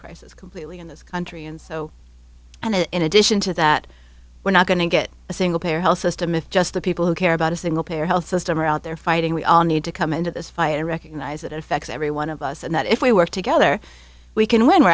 crisis completely in this country and so and in addition to that we're not going to get a single payer health system if just the people who care about a single payer health system are out there fighting we all need to come into this fight and recognize that affects every one of us and that if we work together we can when we're